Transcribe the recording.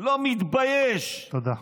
לא מתבייש, תודה.